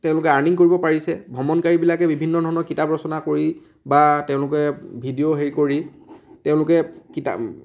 তেওঁলোেক earning কৰিব পাৰিছে ভ্ৰমণকাৰীবিলাকে বিভিন্ন ধৰণৰ কিতাপ ৰচনা কৰি বা তেওঁলোেকে ভিডিঅ' হেৰি কৰি তেওঁলোেকে কিতাপ